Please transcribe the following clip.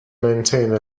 maintain